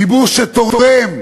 ציבור שתורם.